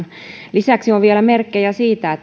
lisäksi on vielä merkkejä siitä